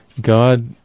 God